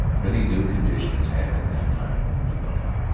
many new conditions have in that time developed,